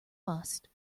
must